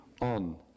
on